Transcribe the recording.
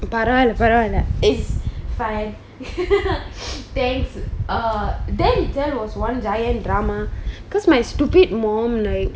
பரவால பரவால:paravala paravala it's fine thanks err then there was one giant drama cause my stupid mom like